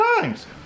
times